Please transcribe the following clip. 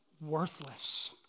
worthless